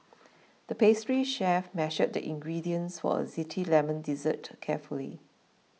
the pastry chef measured the ingredients for a Zesty Lemon Dessert carefully